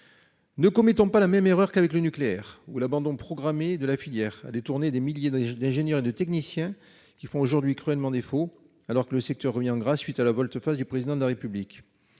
Ne commettons pas la même erreur qu'avec le nucléaire ou l'abandon programmé de la filière a détourné des milliers d'ailleurs d'ingénieurs et de techniciens qui font aujourd'hui cruellement défaut alors que le secteur revient gras suite à la volte-face du président de la République.